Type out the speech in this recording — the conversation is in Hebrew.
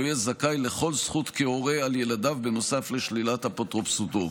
לא יהיה זכאי לכל זכות כהורה על ילדיו נוסף לשלילת אפוטרופסותו.